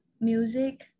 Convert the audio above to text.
music